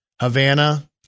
Havana